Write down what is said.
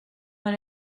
when